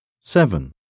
Seven